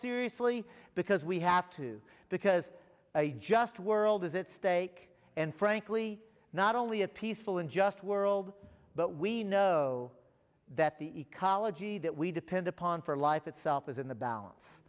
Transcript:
seriously because we have to because a just world is at stake and frankly not only a peaceful and just world but we know that the ecology that we depend upon for life itself is in the balance